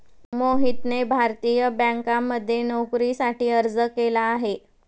मोहनने भारतीय बँकांमध्ये नोकरीसाठी अर्ज केला आहे